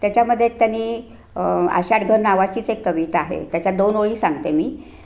त्याच्यामध्ये एक त्यांनी आषाढघन नावाचीच एक कविता आहे त्याच्या दोन वळी सांगते मी